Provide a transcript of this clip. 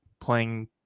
playing